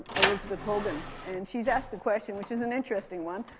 elizabeth hogan and she's asked the question, which is an interesting one,